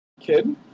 kid